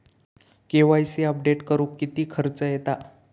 KYC update करुक किती खर्च येता?